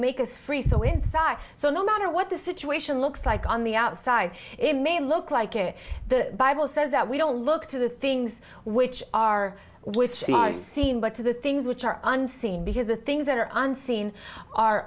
make us free so inside so no matter what the situation looks like on the outside it may look like the bible says that we don't look to the things which are which are seen but to the things which are unseen because the things that are on scene are